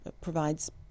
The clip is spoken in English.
provides